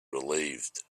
relieved